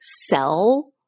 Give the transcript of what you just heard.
sell